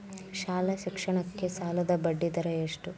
ಶಾಲಾ ಶಿಕ್ಷಣಕ್ಕೆ ಸಾಲದ ಬಡ್ಡಿದರ ಎಷ್ಟು?